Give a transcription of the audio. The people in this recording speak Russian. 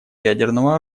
ядерного